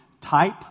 type